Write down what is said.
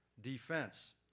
defense